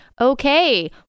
okay